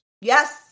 Yes